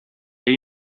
ell